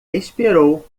esperou